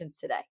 today